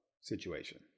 situation